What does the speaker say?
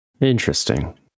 interesting